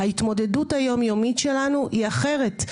ההתמודדות היום-יומית שלנו היא אחרת.